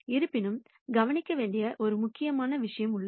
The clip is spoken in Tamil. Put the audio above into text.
இருப்பினும் கவனிக்க வேண்டிய ஒரு முக்கியமான விஷயம் உள்ளது